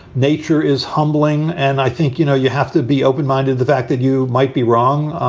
nature is humbling. and i think, you know, you have to be open minded. the fact that you might be wrong.